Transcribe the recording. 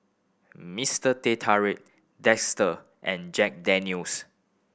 Mister Teh Tarik Dester and Jack Daniel's